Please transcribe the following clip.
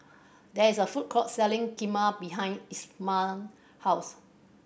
there is a food court selling Kheema behind Isham house